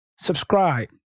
Subscribe